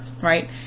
right